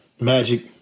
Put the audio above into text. Magic